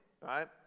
right